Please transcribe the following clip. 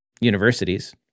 universities